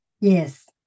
Yes